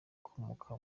ukomoka